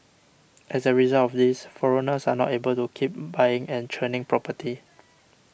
as a result of this foreigners are not able to keep buying and churning property